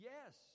Yes